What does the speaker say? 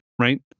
right